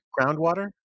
groundwater